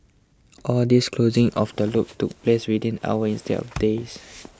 all this closing of the loop took place within hours instead of days